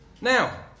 Now